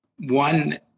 One